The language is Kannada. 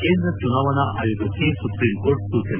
ಕೇಂದ್ರ ಚುನಾವಣಾ ಆಯೋಗಕ್ಕೆ ಸುಪ್ರೀಂ ಕೋರ್ಟ್ ಸೂಚನೆ